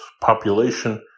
population